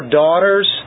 daughters